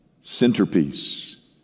centerpiece